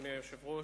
אדוני היושב-ראש,